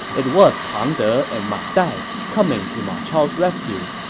it was pang de and ma dai, coming to ma chao's rescue.